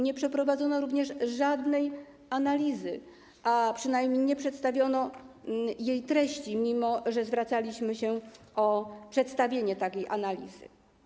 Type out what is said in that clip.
Nie przeprowadzono również żadnej analizy, a przynajmniej nie przedstawiono jej treści, mimo że zwracaliśmy się o przedstawienie takiej analizy.